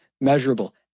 measurable